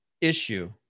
Issue